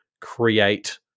create